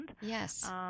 Yes